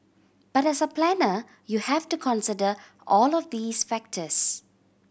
but as a planner you have to consider all of these factors